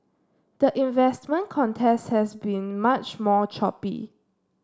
the investment contest has been much more choppy